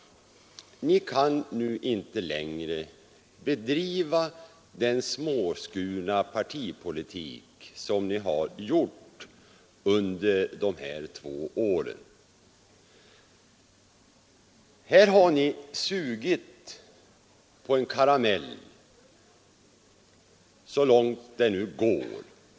Ni kan nu inte längre bedriva den småskurna partipolitik som ni har bedrivit under de två senaste åren. Här har ni sugit på en karamell så långt det går.